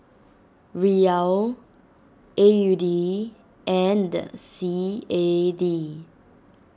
Riyal A U D and C A D